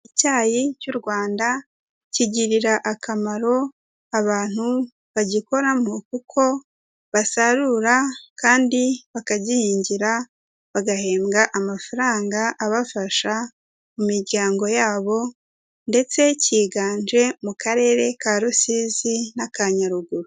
Icyayi cy'u Rwanda kigirira akamaro abantu bagikoramo kuko basarura kandi bakagihingira, bagahembwa amafaranga abafasha mu miryango yabo ndetse cyiganje mu karere ka Rusizi n'aka Nyaruguru.